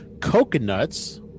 Coconuts